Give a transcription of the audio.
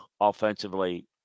offensively